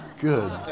good